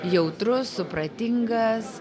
jautrus supratingas